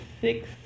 six